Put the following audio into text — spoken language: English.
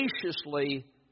graciously